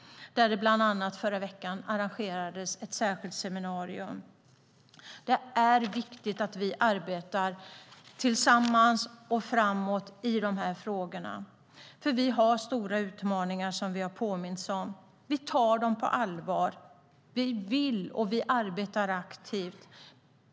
Bland annat arrangerades ett särskilt seminarium i förra veckan. Det är viktigt att vi arbetar tillsammans och framåt i dessa frågor. Vi har stora utmaningar, som vi har påmints om. Vi tar dem på allvar. Vi vill, och vi arbetar aktivt.